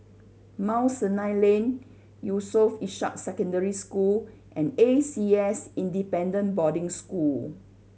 Mount Sinai Lane Yusof Ishak Secondary School and A C S Independent Boarding School